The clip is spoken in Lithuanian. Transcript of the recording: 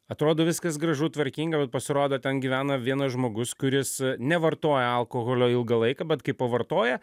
atrodo viskas gražu tvarkinga bet pasirodo ten gyvena vienas žmogus kuris nevartoja alkoholio ilgą laiką bet kai pavartoja